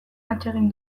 atsegin